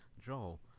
Joel